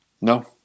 No